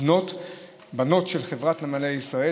בנות של חברת נמלי ישראל,